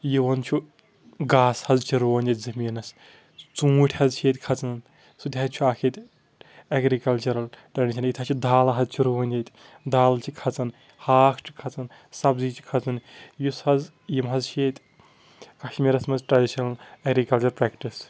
یِوان چھُ گاسہٕ حظ چھِ رُوان ییٚتہِ زٔمیٖنس ژوٗنٛٹھۍ حظ چھِ ییٚتہِ کھژان سُہ تہِ حظ چھ اکھ ییٚتہِ اٮ۪گرِ کلچرل ٹریڈشن ییٚتہِ حظ چھِ دالہٕ حظ چھِ رُوان ییٚتہِ دالہٕ چھِ کھسان ہاکھ چھُ کھسان سبٕزی چھِ کھسان یُس حظ یِم حظ چھِ ییٚتہِ کشمیٖرس منٛز ٹریڈشنل اٮ۪گرِکلچر پریکٹِس